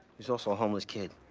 he's also a homeless kid.